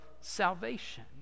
salvation